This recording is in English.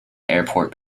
airport